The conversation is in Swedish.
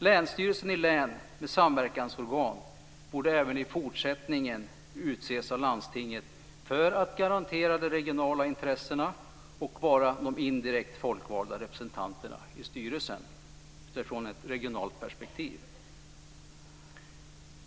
Länsstyrelsen i län med samverkansorgan borde även i fortsättningen utses av landstinget för att främja de regionala intressena och för att säkra indirekt folkvalda representanter i styrelsen med ett regionalt perspektiv.